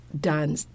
done